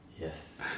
Yes